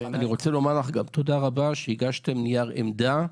אני רוצה לומר לך גם תודה רבה שהגשתם נייר עמדה,